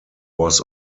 was